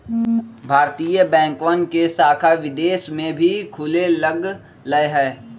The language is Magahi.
भारतीय बैंकवन के शाखा विदेश में भी खुले लग लय है